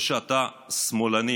או שאתה סמולני,